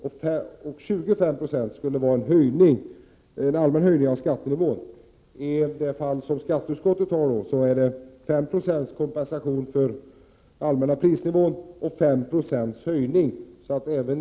25 90 skulle därför vara en höjning av den allmänna skattenivån. Enligt skatteutskottets förslag är 5 20 kompensation för höjningen av den allmänna prisnivån och 5 90 en allmän höjning av skattenivån.